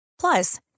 Plus